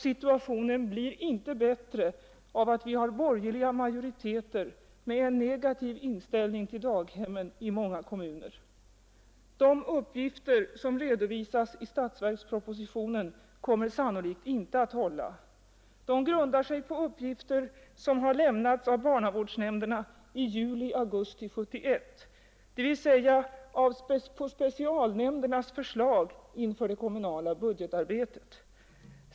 Situationen blir inte bättre av att det finns borgerliga majoriteter med en negativ inställning till daghemmen i många kommuner. De siffror som redovisas i årets statsverksproposition kommer sannolikt inte att hålla. De grundar sig på uppgifter som har lämnats av barnavårdsnämnderna i juli-augusti 1971, dvs. på specialnämndernas förslag inför det kommunala budgetarbetet.